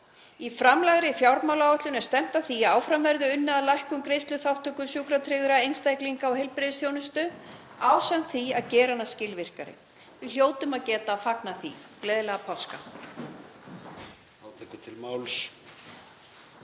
Í framlagðri fjármálaáætlun er stefnt að því að áfram verði unnið að lækkun greiðsluþátttöku sjúkratryggðra einstaklinga í heilbrigðisþjónustu ásamt því að gera hana skilvirkari. Við hljótum að geta fagnað því. Gleðilega páska. SPEECH_END